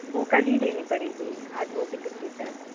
वो कल ही देनी पड़ेगी आज वो भी छुट्टी पर है